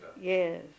Yes